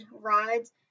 rides